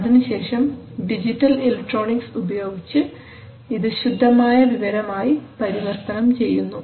അതിനുശേഷം digital electronics ഉപയോഗിച്ച് ഇത് ശുദ്ധമായ വിവരം ആയി പരിവർത്തനം ചെയ്യുന്നു